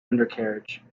undercarriage